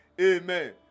Amen